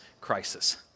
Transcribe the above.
crisis